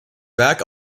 werk